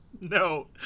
No